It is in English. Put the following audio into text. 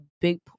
big